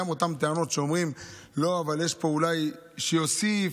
גם אותן טענות שאומרות שפה אולי זה יוסיף,